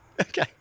Okay